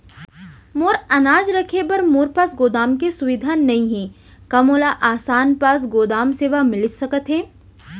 मोर अनाज रखे बर मोर पास गोदाम के सुविधा नई हे का मोला आसान पास गोदाम सेवा मिलिस सकथे?